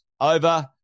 over